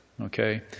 okay